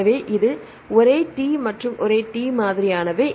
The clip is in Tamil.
எனவே இது ஒரே T மற்றும் T ஒரே மாதிரியானவை